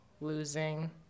Losing